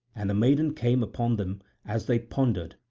and the maiden came upon them as they pondered,